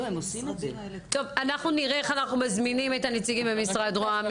טוב אנחנו נראה את הנציגים ממשרד רוה"מ.